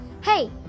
hey